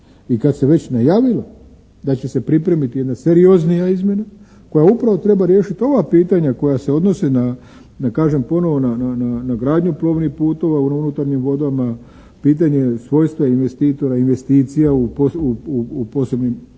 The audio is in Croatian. i kad se već najavilo da će se pripremiti jedna serioznija izmjena koja upravo treba riješiti ova pitanja koja se odnose, da kažem ponovno, na gradnju plovnih putova u unutarnjim vodama, pitanje svojstva investitora i investicija po posebnim